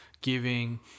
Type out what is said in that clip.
giving